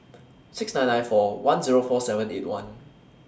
six nine nine four one Zero four seven eight one